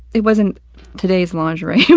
it wasn't today's lingerie.